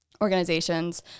organizations